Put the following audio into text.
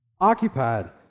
Occupied